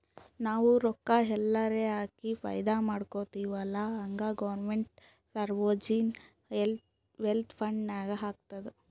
ನಾವು ರೊಕ್ಕಾ ಎಲ್ಲಾರೆ ಹಾಕಿ ಫೈದಾ ಮಾಡ್ಕೊತಿವ್ ಅಲ್ಲಾ ಹಂಗೆ ಗೌರ್ಮೆಂಟ್ನು ಸೋವರ್ಜಿನ್ ವೆಲ್ತ್ ಫಂಡ್ ನಾಗ್ ಹಾಕ್ತುದ್